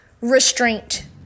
restraint